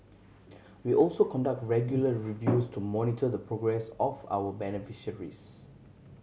we also conduct regular reviews to monitor the progress of our beneficiaries